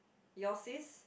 yours is